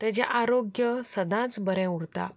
तेजें आरोग्य सदांच बरें उरता